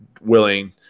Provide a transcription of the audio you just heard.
willing